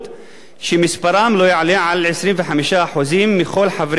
שמספרם לא יעלה על 25% מכל חברי הוועד,